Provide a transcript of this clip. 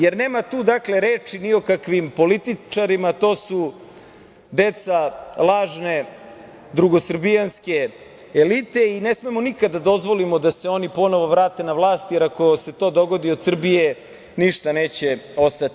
Jer nema tu, dakle, reči ni o kakvim političarima, to su deca lažne drugosrbijanske elite i ne smemo nikad da dozvolimo da se oni ponovo vrate na vlast, jer ako se to dogodi od Srbije ništa neće ostati.